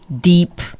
deep